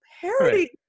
parody